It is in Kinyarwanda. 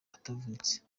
atavunitse